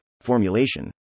formulation